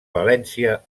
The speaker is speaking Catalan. valència